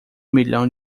milhão